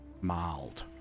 mild